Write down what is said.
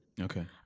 Okay